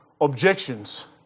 objections